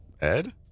Ed